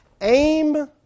Aim